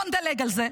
בואו נדלג על זה.